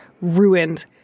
ruined